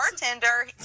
bartender